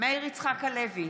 מאיר יצחק הלוי,